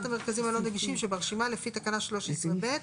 המרכזים הלא-נגישים שברשימה לפי תקנה 13(ב).